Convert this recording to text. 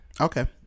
Okay